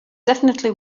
definitely